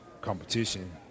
competition